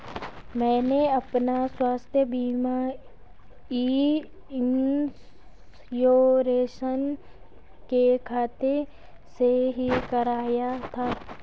मैंने अपना स्वास्थ्य बीमा ई इन्श्योरेन्स के खाते से ही कराया था